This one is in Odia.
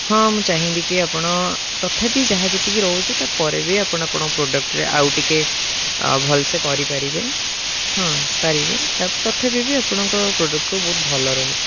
ହଁ ମୁଁ ଚାହିଁବି କି ଆପଣ ତଥାପି ଯାହା ଯେତିକି ରହୁଛି ତା'ପରେ ବି ଆପଣ ଆପଣଙ୍କ ପ୍ରଡ଼କ୍ଟରେ ଆଉ ଟିକେ ଭଲ ସେ କରିପାରିବେ ହଁ ପାରିବେ ତଥାପି ବି ଆପଣଙ୍କ ପ୍ରଡ଼କ୍ଟ ସବୁ ବହୁତ ଭଲ ରହୁଛି